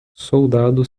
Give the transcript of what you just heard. soldado